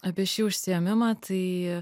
apie šį užsiėmimą tai